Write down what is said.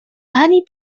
ani